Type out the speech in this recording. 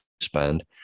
spend